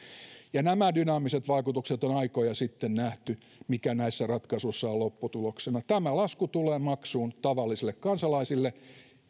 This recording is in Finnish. ja ne dynaamiset vaikutukset on aikoja sitten nähty mitkä näissä ratkaisuissa ovat lopputuloksena tämä lasku tulee maksuun tavallisille kansalaisille